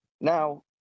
Now